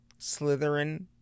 Slytherin